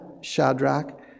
Shadrach